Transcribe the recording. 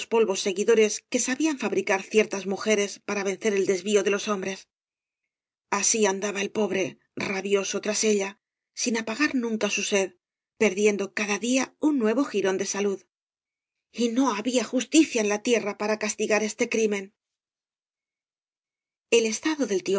polvos seguidores que sabían fabricar ciertas mujeres para vencer el desvío de los hombres así andaba el pobre rabioso tras ella sin apagar nunca su sed perdiendo cada día un nuevo jirón v blasoo ibáñbz de balud t no había justicia en la tierra para castigar este crimen el estado del